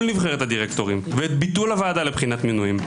נבחרת הדירקטורים ואת ביטול הוועדה לבחינת מינויים.